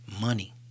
money